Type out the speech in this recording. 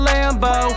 Lambo